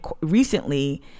recently